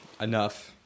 Enough